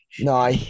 No